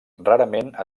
rarament